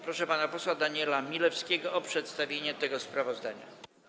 Proszę pana posła Daniela Milewskiego o przedstawienie tego sprawozdania.